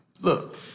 Look